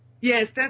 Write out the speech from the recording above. Yes